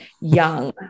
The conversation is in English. young